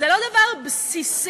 זה לא דבר בסיסי